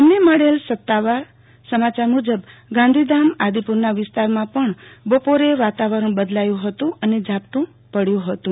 અમને મળેલ સમાચાર મૂજબ ગાંધીધામ આદિપુરના વિસ્તારમાં પણ બપોરે વાતાવરણ બદલ્યું હતું અને ઝાપટું પડયું હતું